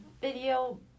video